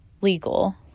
legal